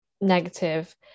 negative